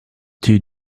two